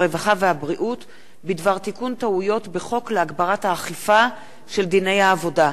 הרווחה והבריאות בדבר תיקון טעויות בחוק להגברת האכיפה של דיני העבודה,